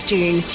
June